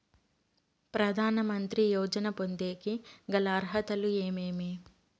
ప్రధాన మంత్రి యోజన పొందేకి గల అర్హతలు ఏమేమి?